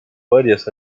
varias